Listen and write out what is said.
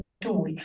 tool